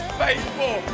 faithful